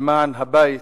למען הבית,